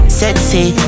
sexy